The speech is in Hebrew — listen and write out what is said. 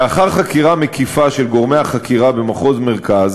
לאחר חקירה מקיפה של גורמי החקירה במחוז מרכז